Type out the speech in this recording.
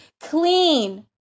clean